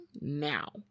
now